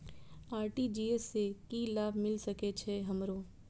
RTGS से की लाभ मिल सके छे हमरो?